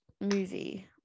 movie